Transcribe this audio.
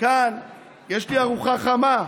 כאן יש לי ארוחה חמה,